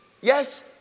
Yes